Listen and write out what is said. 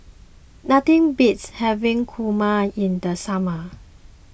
nothing beats having Kurma in the summer